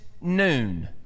noon